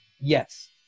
Yes